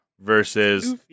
Versus